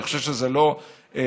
אני חושב שזה לא הגון,